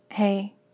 Hey